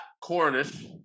Cornish